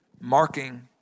marking